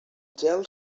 gel